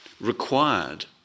required